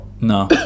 no